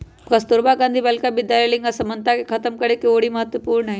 कस्तूरबा गांधी बालिका विद्यालय लिंग असमानता के खतम करेके ओरी महत्वपूर्ण हई